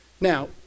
Now